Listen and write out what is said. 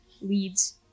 leads